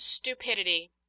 Stupidity